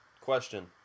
Question